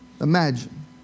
Imagine